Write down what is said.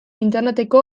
interneteko